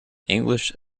english